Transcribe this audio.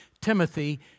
Timothy